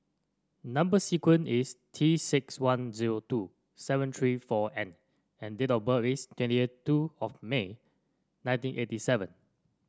number sequence is T six one zero two seven three four N and date of birth is twenty two of May nineteen eighty seven